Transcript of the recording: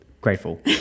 Grateful